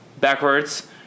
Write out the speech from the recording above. backwards